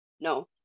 No